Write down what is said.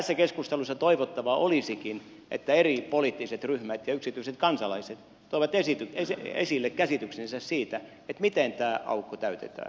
tässä keskustelussa toivottavaa olisikin että eri poliittiset ryhmät ja yksityiset kansalaiset toisivat esille käsityksensä siitä miten tämä aukko täytetään